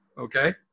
okay